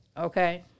okay